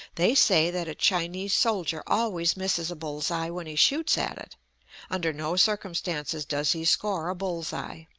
they say that a chinese soldier always misses a bull's-eye when he shoots at it under no circumstances does he score a bull's-eye.